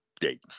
date